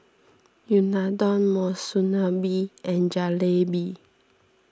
Unadon Monsunabe and Jalebi